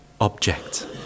object